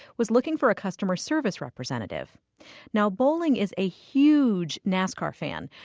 was looking for a customer service representative now bowling is a huge nascar fan.